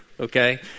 Okay